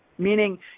meaning